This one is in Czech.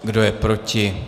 Kdo je proti?